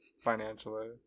financially